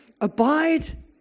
abide